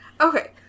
Okay